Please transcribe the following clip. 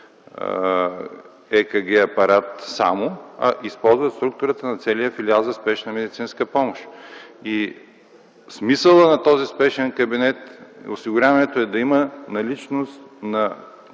ЕКГ- апарат, а използват структурата на целия филиал за спешна медицинска помощ. Смисълът на този спешен кабинет е да има наличност на